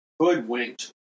hoodwinked